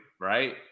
Right